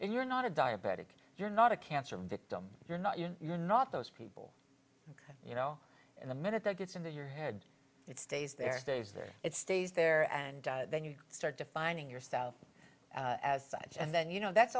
you're not a diabetic you're not a cancer victim you're not you're not those people you know and the minute that gets into your head it stays there stays there it stays there and then you start defining yourself as such and then you know that's